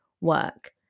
work